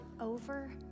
over